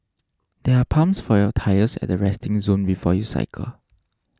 there are pumps for your tyres at the resting zone before you cycle